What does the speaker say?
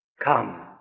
Come